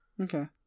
Okay